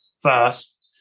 first